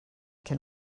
can